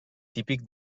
típic